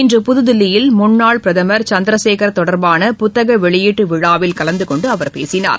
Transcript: இன்று புதுதில்லியில் முன்னாள் பிரதமர் சந்திரசேகர் தொடர்பான புத்தக வெளியீட்டு விழாவில் கலந்து கொண்டு அவர் பேசினார்